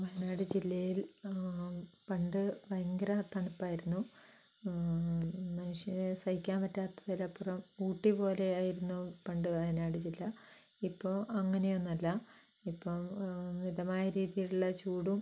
വയനാട് ജില്ലയിൽ പണ്ട് ഭയങ്കര തണുപ്പ് ആയിരുന്നു മനുഷ്യന് സഹിക്കാൻ പറ്റാത്തതിലപ്പുറം ഊട്ടി പോലെയായിരുന്നു പണ്ട് വയനാട് ജില്ല ഇപ്പോൾ അങ്ങനെയൊന്നുമല്ല ഇപ്പോൾ മിതമായ രീതിയിലുള്ള ചൂടും